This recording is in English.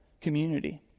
community